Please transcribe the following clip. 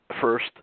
first